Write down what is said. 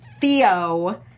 Theo